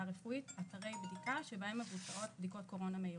רפואית אתרי בדיקה שבהם מבוצעות בדיקות קורונה מהירות.